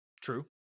True